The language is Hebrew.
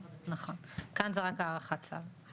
כאן זה רק הארכת צו.